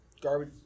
garbage